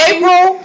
April